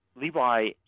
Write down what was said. Levi